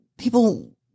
People